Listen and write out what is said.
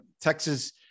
Texas